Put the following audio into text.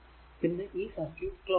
പിന്നെ ഈ circuit close ആക്കി